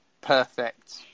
perfect